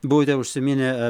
buvote užsiminę